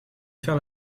faire